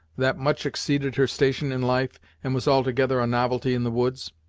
that much exceeded her station in life, and was altogether a novelty in the woods.